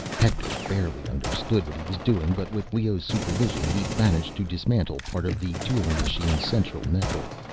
hector barely understood what he was doing, but with leoh's supervision, he managed to dismantle part of the dueling machine's central network,